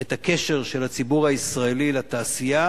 את הקשר של הציבור הישראלי לתעשייה,